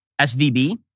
SVB